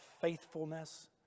faithfulness